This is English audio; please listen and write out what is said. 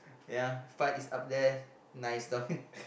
ya